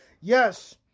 yes